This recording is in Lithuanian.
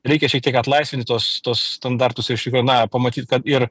reikia šiek tiek atlaisvinti tuos standartus ir iš tikro na pamatyt kad ir